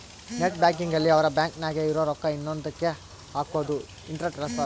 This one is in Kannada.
ನೆಟ್ ಬ್ಯಾಂಕಿಂಗ್ ಅಲ್ಲಿ ಅವ್ರ ಬ್ಯಾಂಕ್ ನಾಗೇ ಇರೊ ರೊಕ್ಕ ಇನ್ನೊಂದ ಕ್ಕೆ ಹಕೋದು ಇಂಟ್ರ ಟ್ರಾನ್ಸ್ಫರ್